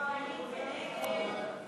ההסתייגות של קבוצת סיעת מרצ,